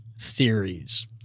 theories